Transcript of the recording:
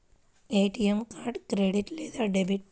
ATM card credit లేదా debit?